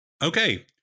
Okay